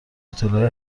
هتلهای